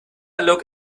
look